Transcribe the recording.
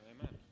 amen